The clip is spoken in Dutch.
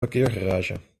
parkeergarage